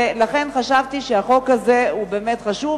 לכן חשבתי שהחוק הזה חשוב,